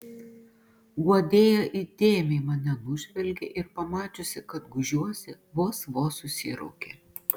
guodėja įdėmiai mane nužvelgė ir pamačiusi kad gūžiuosi vos vos susiraukė